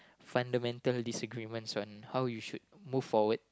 fundamental disagreements on how you should move forward